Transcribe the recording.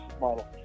model